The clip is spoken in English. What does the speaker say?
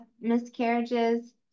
miscarriages